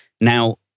Now